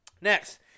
Next